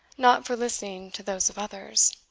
not for listening to those of others.